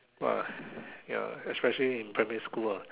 !wah! ya especially in primary school ah